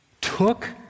took